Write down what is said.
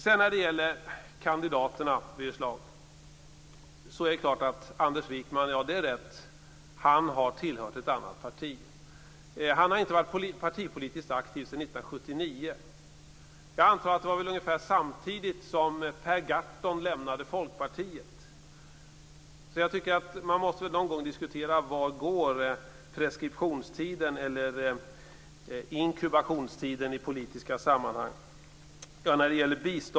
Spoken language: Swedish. Sedan gällde det kandidaterna, Birger Schlaug. Det är rätt att Anders Wijkman har tillhört ett annat parti. Han har inte varit partipolitiskt aktiv sedan 1979. Jag antar att det var ungefär samtidigt som Per Gahrton lämnade Folkpartiet. Någon gång måste man diskutera hur lång preskriptionstiden eller inkubationstiden är i politiska sammanhang.